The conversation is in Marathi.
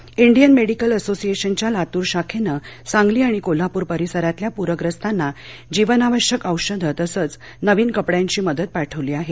लातूर इडियन मेडिकल असोसिएशनच्या लातूर शाखेनं सांगली आणि कोल्हापूर परिसरातल्या पूर्यस्तांना जीवनावश्यक औषध तसंच नवीन कपड्यांची मदत पाठवली आहे